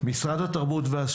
אני אגיד רק משפט על ועדת התקינה,